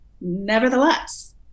Nevertheless